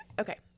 Okay